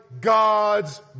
God's